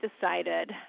decided